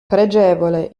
pregevole